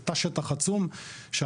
זה תא שטח עצום שאנחנו,